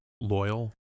Loyal